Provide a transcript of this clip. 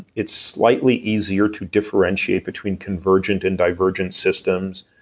it's slightly easier to differentiate between convergent and divergent systems.